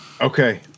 Okay